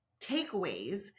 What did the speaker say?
takeaways